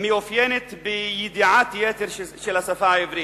מתאפיינת בידיעת-יתר של השפה העברית.